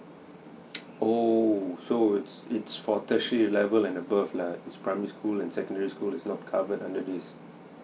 oh so it's it's for tertiary level and above lah this primary school and secondary school is not covered under this